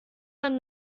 ein